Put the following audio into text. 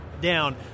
down